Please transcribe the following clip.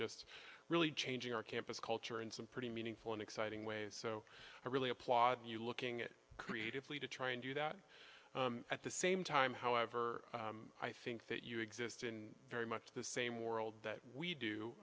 just really changing our campus culture in some pretty meaningful and exciting ways so i really applaud you looking at creatively to try and do that at the same time however i think that you exist in very much the same world that we